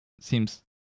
seems